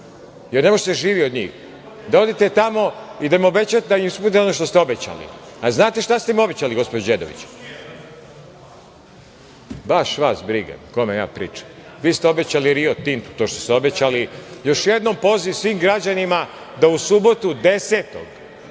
jer ne može da se živi od njih, da odete tamo i da im ispunite ono što ste obećali. Znate li šta ste im obećali, gospođo Đedović? Baš vas briga, kome ja pričam, vi ste obećali „Rio Tintu“ to što ste obećali. Još jednom poziv svim građanima da u subotu, 10-og,